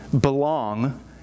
belong